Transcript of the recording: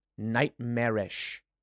nightmarish